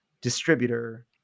distributor